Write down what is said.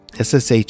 SSH